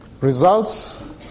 Results